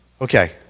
Okay